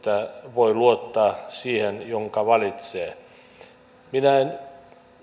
voi luottaa siihen jonka valitsee minä en